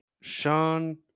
Sean